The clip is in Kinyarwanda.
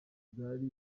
bwari